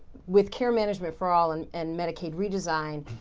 with care management for all and and medicaid redesign,